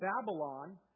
Babylon